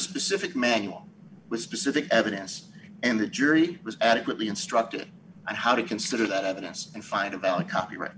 specific manual with specific evidence and the jury was adequately instructed on how to consider that evidence and find about a copyright